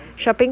I see I see